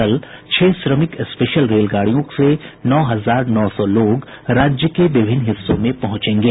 कल छह श्रमिक स्पेशल रेलगाड़ियों से नौ हजार नौ सौ लोग राज्य के विभिन्न हिस्सों में पहुंचेंगे